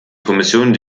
kommission